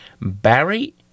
Barry